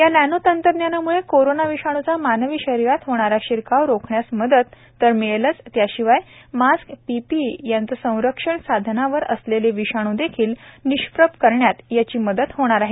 या नॅनो तंत्रज्ञानामुळे कोरोना विषाणुचा मानवी शरीरात होणारा शिरकाव रोखण्यास मदत तर मिळेलच त्याशिवाय मास्क पीपीईच्या संरक्षक साधनांवर असलेले विषाणू देखील निष्प्रभ करण्यात त्याची मदत होईल